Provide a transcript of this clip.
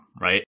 right